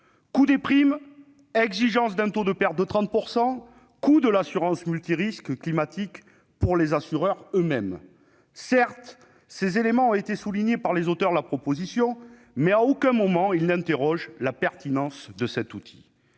Coût des primes, exigence d'un taux de perte de 30 %, coût de l'assurance multirisque climatique pour les assureurs eux-mêmes : certes, ces éléments ont été soulignés par les auteurs de la proposition de résolution, mais à aucun moment ils n'interrogent la pertinence de cet outil.